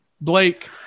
Blake